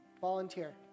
Volunteer